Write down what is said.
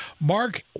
Mark